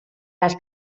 las